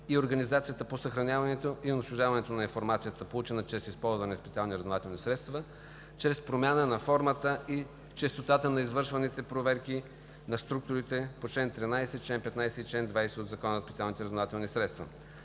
и организацията по съхраняването и унищожаването на информацията, получена чрез използване на специални разузнавателни средства, чрез промяна на формата и честотата на извършваните проверки на структурите по чл. 13, чл. 15 и чл. 20 от Закона за специалните разузнавателни средства;